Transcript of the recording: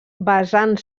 basant